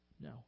No